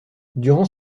durant